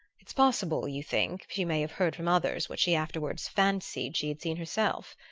it's possible, you think, she may have heard from others what she afterward fancied she had seen herself?